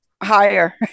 Higher